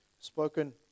spoken